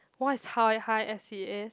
what is high high s_e_s